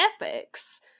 epics